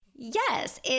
Yes